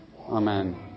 Amen